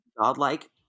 godlike